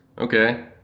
okay